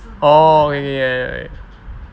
orh okay okay ya ya ya